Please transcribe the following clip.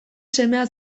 semea